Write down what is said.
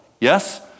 Yes